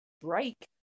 break